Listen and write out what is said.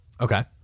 Okay